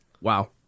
Wow